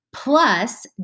plus